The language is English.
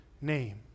name